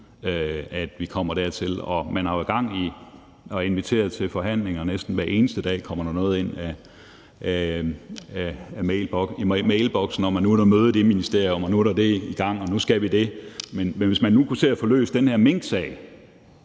vi kommer dertil. Man har jo gang i at invitere til forhandlinger, og næsten hver eneste dag kommer der noget ind i mailboksen om, at nu er der møde i ministeriet, og nu er der det i gang, og nu skal vi det. Men hvis man nu kunne se at få løst den her minksag,